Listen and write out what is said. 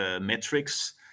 metrics